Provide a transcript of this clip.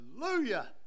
Hallelujah